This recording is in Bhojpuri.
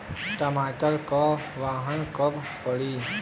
टमाटर क बहन कब पड़ी?